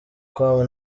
com